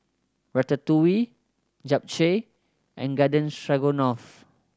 Ratatouille Japchae and Garden Stroganoff